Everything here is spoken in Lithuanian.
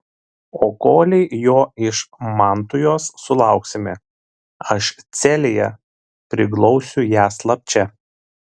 o kolei jo iš mantujos sulauksime aš celėje priglausiu ją slapčia